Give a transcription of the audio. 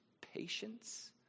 patience